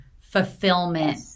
fulfillment